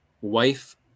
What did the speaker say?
wife